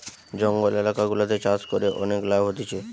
জঙ্গল এলাকা গুলাতে চাষ করে অনেক লাভ হতিছে